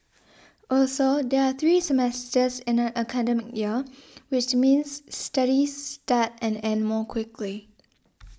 also there are three semesters in an academic year which means studies start and end more quickly